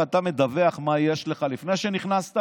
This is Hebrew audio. אתה מדווח מה יש לך לפני שנכנסת,